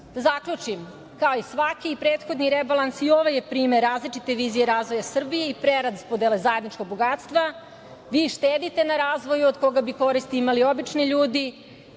zaključim - kao i svaki prethodni rebalans, i ovaj je primer različite vizije razvoja Srbije i preraspodele zajedničkog bogatstva. Vi štedite na razvoju od koga bi korist imali obični ljudi,